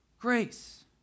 grace